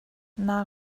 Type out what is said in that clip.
naa